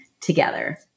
together